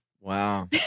Wow